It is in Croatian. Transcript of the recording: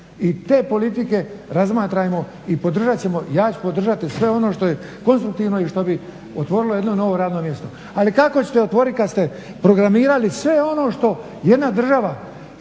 i te politike razmatrajmo i podržat ćemo, ja ću podržati ono što je konstruktivno i što bi otvorilo jedno novo radno mjesto. Ali kako ćete otvoriti kad ste programirali sve ono što jedna država